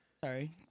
sorry